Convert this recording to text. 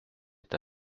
est